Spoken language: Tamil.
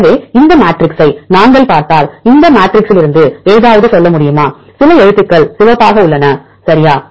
எனவே இந்த மேட்ரிக்ஸை நாங்கள் பார்த்தால் இந்த மேட்ரிக்ஸிலிருந்து ஏதாவது சொல்ல முடியுமா சில எழுத்துக்கள் சிவப்பாக உள்ளன சரியா